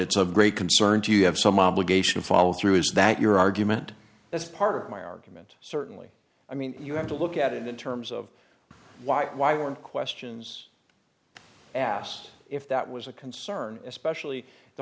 it's of great concern to you have some obligation follow through is that your argument that's part of my argument certainly i mean you have to look at it in terms of why why weren't questions asked if that was a concern especially the